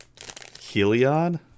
Heliod